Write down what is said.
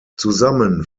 zusammen